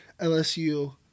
LSU